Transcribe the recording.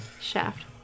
shaft